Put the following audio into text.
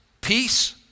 peace